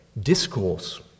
discourse